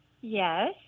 Yes